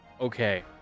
Okay